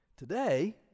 Today